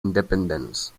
independence